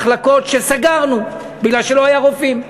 ואמרו: פתחנו חזרה את המחלקות שסגרנו מפני שלא היו רופאים.